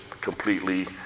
completely